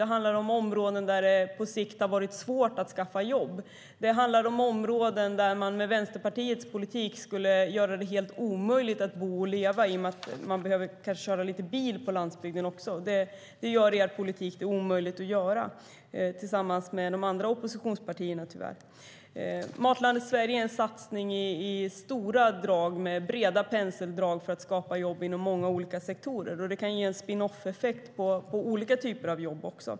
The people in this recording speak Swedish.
Det handlar om områden där det har varit svårt att skaffa jobb. Det handlar om områden där det med Vänsterpartiets politik skulle vara helt omöjligt att bo och leva i och med att man behöver kunna köra bil också på landsbygden. Det gör er politik, tillsammans med de andra oppositionspartiernas, det tyvärr omöjligt att göra. Matlandet Sverige är en satsning med breda penseldrag för att skapa jobb inom många olika sektorer. Det kan också ge en spinoffeffekt på olika typer av jobb.